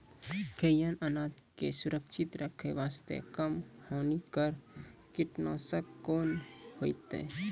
खैहियन अनाज के सुरक्षित रखे बास्ते, कम हानिकर कीटनासक कोंन होइतै?